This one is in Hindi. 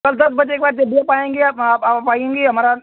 कल दस बजे के बाद जब भी आयेंगी आप आप आयेंगी हमारा